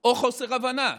או חוסר הבנה,